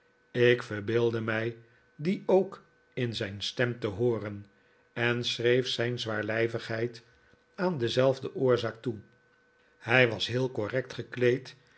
ik verbeeldde mij dien ook in zijn stem te hooren en schreef zijn zwaarlijvigheid aan dezelfde oorzaak toe hij was heel correct gekleed